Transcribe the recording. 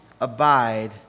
abide